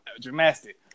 dramatic